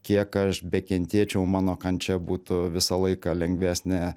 kiek aš bekentėčiau mano kančia būtų visą laiką lengvesnė